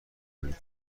کنید